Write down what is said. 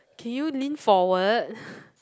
can you lean forward